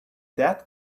that